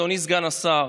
אדוני סגן השר,